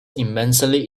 immensely